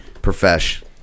Profesh